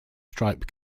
stripe